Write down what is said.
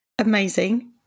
amazing